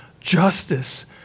justice